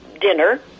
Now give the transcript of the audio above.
dinner